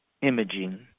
imaging